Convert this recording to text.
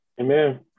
Amen